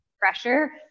pressure